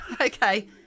Okay